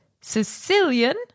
Sicilian